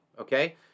okay